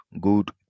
Good